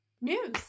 news